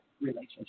Relationship